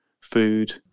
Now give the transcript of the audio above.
food